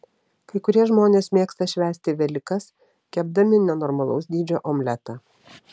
kai kurie žmonės mėgsta švęsti velykas kepdami nenormalaus dydžio omletą